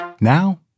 Now